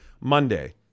Monday